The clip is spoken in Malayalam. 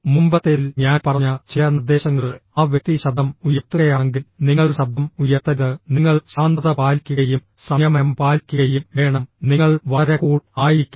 മുമ്പത്തേതിൽ ഞാൻ പറഞ്ഞ ചില നിർദ്ദേശങ്ങൾഃ ആ വ്യക്തി ശബ്ദം ഉയർത്തുകയാണെങ്കിൽ നിങ്ങൾ ശബ്ദം ഉയർത്തരുത് നിങ്ങൾ ശാന്തത പാലിക്കുകയും സംയമനം പാലിക്കുകയും വേണം നിങ്ങൾ വളരെ കൂൾ ആയിരിക്കണം